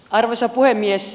arvoisa puhemies